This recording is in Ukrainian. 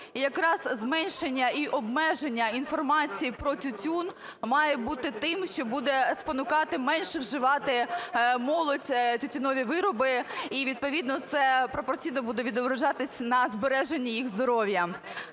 якраз зменшення і обмеження інформації про тютюн має бути тим, що буде спонукати менше вживати молодь тютюнові вироби, і відповідно це пропорційно буде відображатись на збереженні їх здоров'я.